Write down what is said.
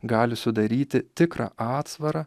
gali sudaryti tikrą atsvarą